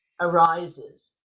arises